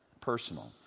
personal